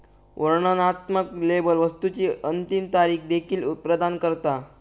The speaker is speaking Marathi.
वर्णनात्मक लेबल वस्तुची अंतिम तारीख देखील प्रदान करता